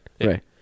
Right